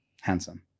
handsome